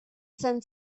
sant